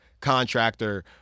contractor